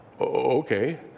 okay